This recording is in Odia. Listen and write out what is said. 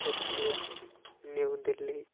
ଟୋକିଓ ନ୍ୟୁୟୁ ଦିଲ୍ଲୀ